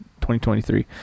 2023